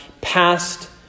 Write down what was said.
past